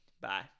Bye